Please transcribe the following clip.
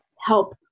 help